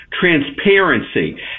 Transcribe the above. transparency